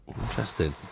Interesting